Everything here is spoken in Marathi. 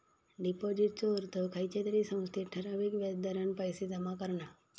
डिपाॅजिटचो अर्थ खयच्या तरी संस्थेत ठराविक व्याज दरान पैशे जमा करणा